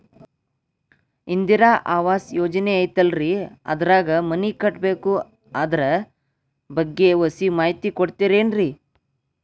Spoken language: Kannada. ಇಂದಿರಾ ಆವಾಸ ಯೋಜನೆ ಐತೇಲ್ರಿ ಅದ್ರಾಗ ಮನಿ ಕಟ್ಬೇಕು ಅದರ ಬಗ್ಗೆ ಒಸಿ ಮಾಹಿತಿ ಕೊಡ್ತೇರೆನ್ರಿ?